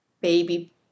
baby